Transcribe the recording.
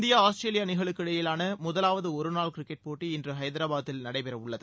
India Australia அணிகளுக்கு இடையேயான முதலாவது ஒருநாள் கிரிக்கெட் போட்டி இன்று ஹைதராபாத்தில் நடைபெறவுள்ளது